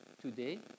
Today